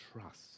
trust